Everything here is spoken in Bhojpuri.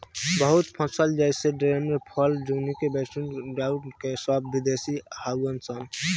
बहुत फल जैसे ड्रेगन फल, ज़ुकूनी, स्ट्रॉबेरी आउर क्रेन्बेरी सब विदेशी हाउअन सा